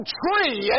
tree